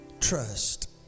Trust